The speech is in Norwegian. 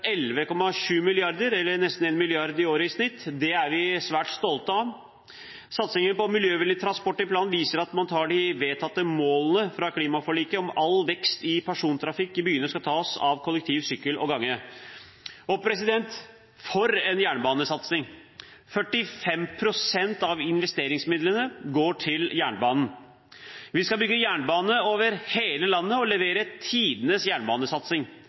11,7 mrd. kr, eller nesten 1 mrd. kr i året i snitt. Det er vi svært stolte av. Satsingen på miljøvennlig transport i planen viser at man tar på alvor de vedtatte målene fra klimaforliket om at all vekst i persontrafikk i byene skal tas av kollektivtransport, sykkel og gange. Og for en jernbanesatsing det er – 45 pst. av investeringsmidlene går til jernbanen. Vi skal bygge jernbane over hele landet og levere tidenes jernbanesatsing.